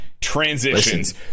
Transitions